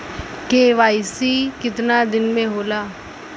KYC कितना दिन में होले?